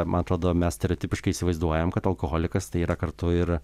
man atrodo mes stereotipiškai įsivaizduojam kad alkoholikas tai yra kartu ir